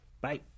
bye